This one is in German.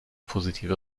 positive